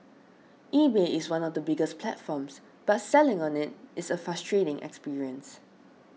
eBay is one of the biggest platforms but selling on it is a frustrating experience